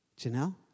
Janelle